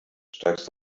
steigst